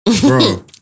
Bro